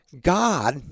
God